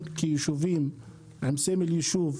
ביישובים האלה כיישובים עם סמל יישוב,